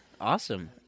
Awesome